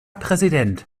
präsident